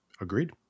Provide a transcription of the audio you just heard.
Agreed